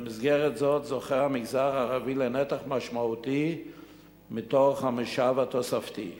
במסגרת זאת זוכה המגזר הערבי לנתח משמעותי מתוך המשאב התוספתי כלהלן: